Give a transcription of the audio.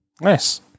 Nice